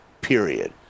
period